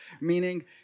Meaning